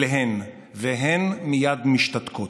והן מייד משתתקות.